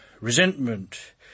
Resentment